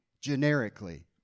generically